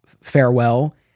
farewell